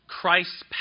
Christ's